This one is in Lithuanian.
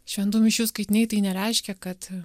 šventų mišių skaitiniai tai nereiškia kad